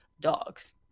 dogs